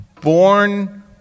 born